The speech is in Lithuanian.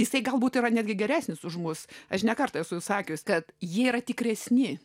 jisai galbūt yra netgi geresnis už mus aš ne kartą esu sakius kad jie yra tikresni